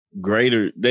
greater